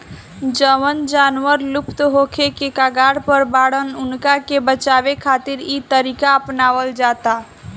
जवन जानवर लुप्त होखे के कगार पर बाड़न उनका के बचावे खातिर इ तरीका अपनावल जाता